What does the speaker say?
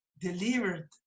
delivered